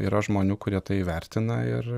yra žmonių kurie tai įvertina ir